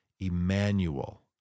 Emmanuel